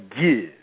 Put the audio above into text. give